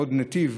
עוד נתיב.